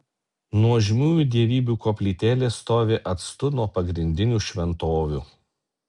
nuožmiųjų dievybių koplytėlės stovi atstu nuo pagrindinių šventovių